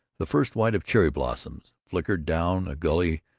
the first white of cherry blossoms flickered down a gully,